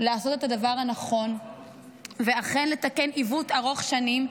לעשות את הדבר הנכון ואכן לתקן עיוות ארוך שנים,